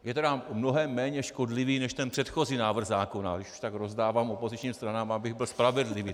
Je tedy mnohem méně škodlivý než ten předchozí návrh zákona, když už tak rozdávám opozičním stranám, abych byl spravedlivý.